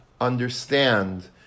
understand